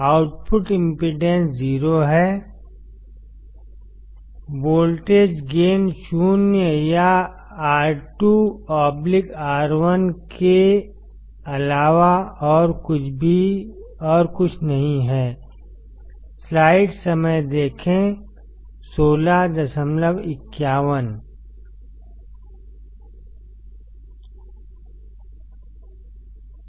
output impedance 0 है voltage gain शून्य या R 2 R 1 के अलावा और कुछ नहीं है